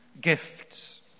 gifts